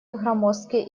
громоздки